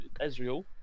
Ezreal